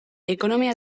ekonomia